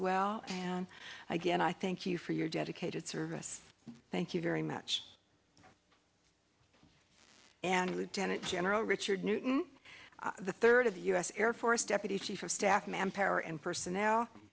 well and again i thank you for your dedicated service thank you very much and lieutenant general richard newton the third of the u s air force deputy chief of staff manpower and personnel